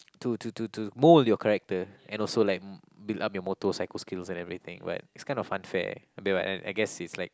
to to to to mould your character and also like build up your motor psycho skills and everything but it's kind of unfair that I I guess it's like